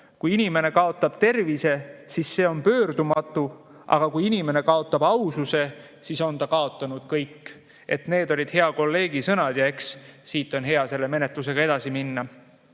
kui inimene kaotab tervise, siis see on pöördumatu, aga kui inimene kaotab aususe, siis on ta kaotanud kõik. Need olid hea kolleegi sõnad ja eks siit on hea selle menetlusega edasi minna.